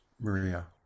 Maria